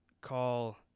call